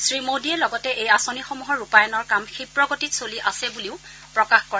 শ্ৰীমোদীয়ে লগতে এই আঁচনিসমূহৰ ৰূপায়ণৰ কাম ক্ষিপ্ৰগতিত চলি আছে বুলিও প্ৰকাশ কৰে